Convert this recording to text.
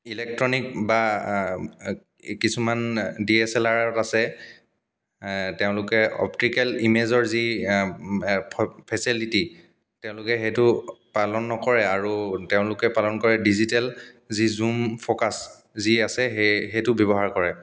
electronic বা কিছুমান D S L আৰত আছে তেওঁলোকে অপ্টিকেল ইমেজৰ যি ফেচিলিটি তেওঁলোকে সেইটো পালন নকৰে আৰু তেওঁলোকে পালন কৰে ডিজিটেল যি জুম ফ'কাছ যি আছে সেই সেইটো ব্যৱহাৰ কৰে